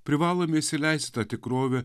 privalome įsileisti tą tikrovę